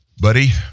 Buddy